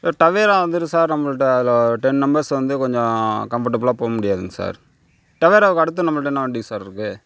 sir Tavera வந்துட்டு sir நம்மள்ட்ட அதில் டென் நம்பர்ஸ் வந்து கொஞ்சம் கம்ஃபர்டபிளாக போக முடியாதுங்க சார் டவேராவுக்கு அடுத்து நம்மகிட்ட என்ன வண்டி சார் இருக்கு